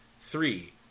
Three